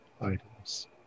items